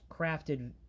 crafted